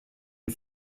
een